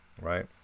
right